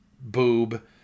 boob